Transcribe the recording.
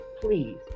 Please